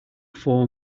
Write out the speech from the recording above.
four